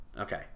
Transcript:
okay